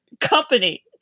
company